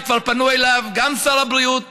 שכבר פנו אליו גם שר הבריאות,